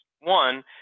One